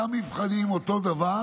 אותם מבחנים, אותו דבר